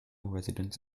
residents